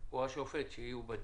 או השופטת יתייחסו אם